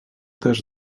też